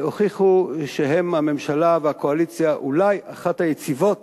הוכיחו שהן הממשלה והקואליציה אולי בין היציבות